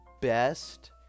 best